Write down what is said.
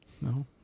No